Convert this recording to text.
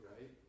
Right